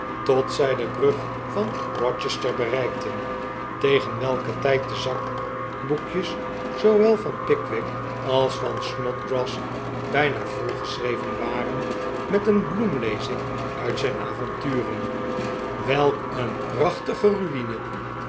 tot zij de brug van rochester bereikten tegen welken tijd de zakboekjes zoowel van pickwick als van snodgrass bijna volgeschreven waren met een bloemlezing uit zijn avonturen welk een prachtige mine